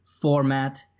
format